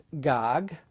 Gog